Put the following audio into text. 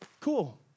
Cool